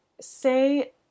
say